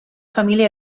família